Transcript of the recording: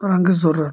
رنٛگہٕ ضروٗرت